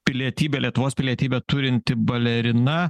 pilietybė lietuvos pilietybę turinti balerina